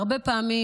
הרבה פעמים,